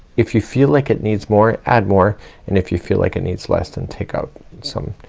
if you feel like it needs more add more and if you feel like it needs less then take out some.